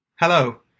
Hello